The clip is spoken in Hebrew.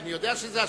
אדוני היושב-ראש,